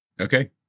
Okay